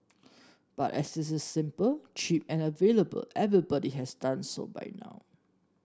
but as it is simple cheap and available everybody has done so by now